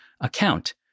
account